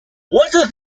water